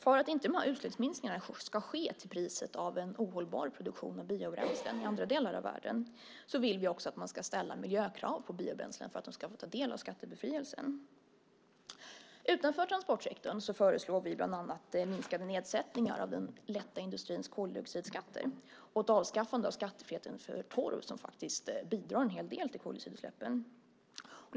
För att inte utsläppsminskningarna ska ske till priset av en ohållbar produktion av biobränslen i andra delar av världen vill vi också att man ska ställa miljökrav på biobränslen för att de ska få ta del av skattebefrielsen. Utanför transportsektorn föreslår vi bland annat minskade nedsättningar av den lätta industrins koldioxidskatter och ett avskaffande av skattefriheten för torv, som faktiskt bidrar en hel del till koldioxidutsläppen.